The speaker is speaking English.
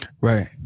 Right